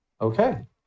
Okay